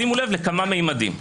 שימו לב לכמה ממדים.